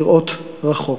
לראות רחוק.